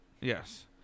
Yes